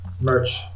merch